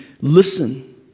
listen